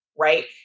right